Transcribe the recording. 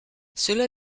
cela